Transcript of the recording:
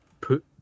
put